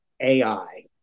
AI